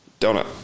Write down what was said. Donut